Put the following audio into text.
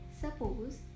Suppose